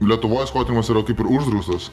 lietuvoj skvotymas yra kaip ir uždraustas